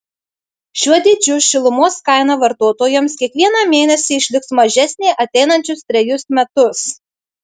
šiuo dydžiu šilumos kaina vartotojams kiekvieną mėnesį išliks mažesnė ateinančius trejus metus